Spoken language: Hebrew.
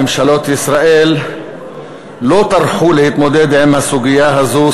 ממשלות ישראל לא טרחו להתמודד עם הסוגיה הזאת,